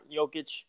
Jokic